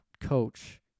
coach